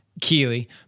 Keely